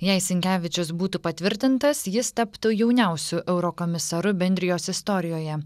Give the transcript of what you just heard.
jei sinkevičius būtų patvirtintas jis taptų jauniausiu eurokomisaru bendrijos istorijoje